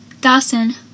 Dawson